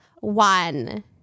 one